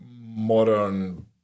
modern